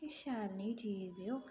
किश शैल नेही चीज़ देओ